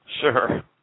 Sure